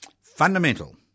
Fundamental